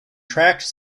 tracked